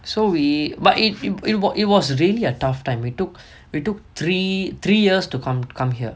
so we but it it wa~ it was really a tough time we took we took three three years to come come here